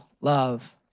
love